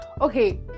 okay